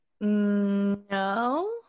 no